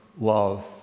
love